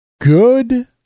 good